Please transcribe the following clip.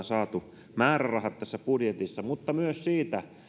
saatu määrärahat tässä budjetissa mutta myös siitä